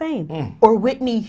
fame or whitney